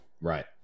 Right